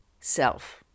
self